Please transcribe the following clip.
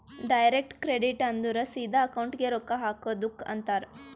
direct credit ಅಂದುರ್ ಸಿದಾ ಅಕೌಂಟ್ಗೆ ರೊಕ್ಕಾ ಹಾಕದುಕ್ ಅಂತಾರ್